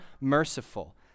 merciful